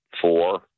four